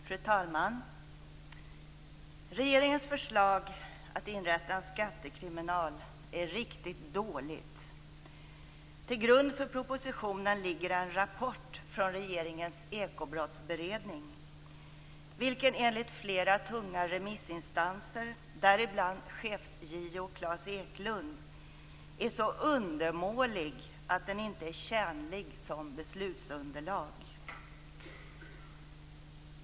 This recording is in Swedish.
Fru talman! Regeringens förslag att inrätta en skattekriminal är riktigt dåligt. Till grund för propositionen ligger en rapport från regeringens Ekobrottsberedning, vilken enligt flera tunga remissinstanser - däribland chefs-JO Claes Eklundh - är så undermålig att den inte är tjänlig som beslutsunderlag.